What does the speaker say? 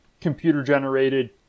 computer-generated